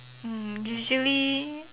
mm usually